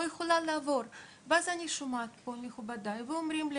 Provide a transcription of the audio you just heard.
יכולה לעבור בה ואז אני שומעת פה את מכובדיי שאומרים לי